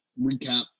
recap